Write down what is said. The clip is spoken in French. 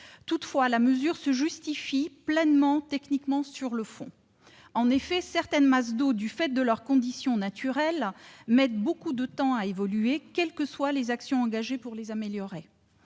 technique, la mesure se justifie pleinement sur le fond. En effet, certaines masses d'eau, du fait de leurs conditions naturelles, mettent beaucoup de temps à évoluer, quelles que soient les actions engagées pour les améliorer.